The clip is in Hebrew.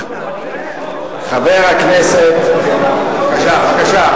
חבר הכנסת, בבקשה, בבקשה.